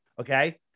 okay